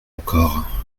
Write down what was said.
encore